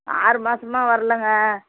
ஆறு மாதமா வர்லைங்க